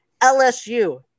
LSU